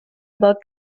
about